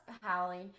howling